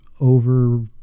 over